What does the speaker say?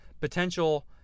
Potential